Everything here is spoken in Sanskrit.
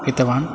क्रीतवान्